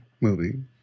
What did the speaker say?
movie